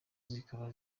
zikaba